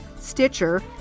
Stitcher